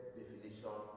definition